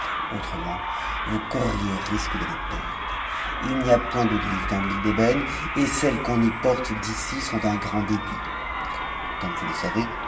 autrement vous courriez risque de les perdre ii n'y a point d'olives dans t'îte d'ebène et celles qu'on y porte d'ici sont d'un grand débit comme vous le savez